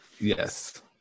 yes